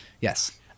yes